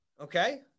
Okay